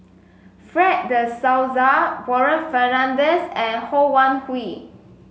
Fred De Souza Warren Fernandez and Ho Wan Hui